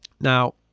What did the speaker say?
Now